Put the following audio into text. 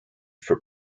for